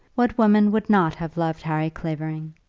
what woman would not have loved harry clavering?